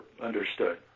understood